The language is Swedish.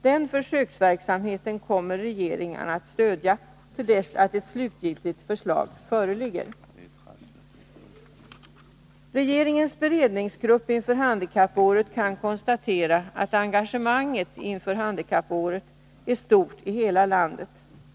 Den försöksverksamheten kommer regeringen att stödja till dess att ett slutligt förslag föreligger. Regeringens beredningsgrupp inför handikappåret kan konstatera att engagemanget inför handikappåret är stort i hela landet.